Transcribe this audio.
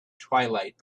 twilight